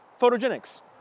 photogenics